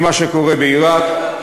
ממה שקורה בעיראק,